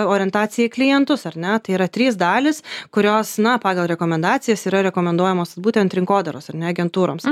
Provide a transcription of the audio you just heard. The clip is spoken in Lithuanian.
orientacija į klientus ar ne tai yra trys dalys kurios na pagal rekomendacijas yra rekomenduojamos būtent rinkodaros ar ne agentūroms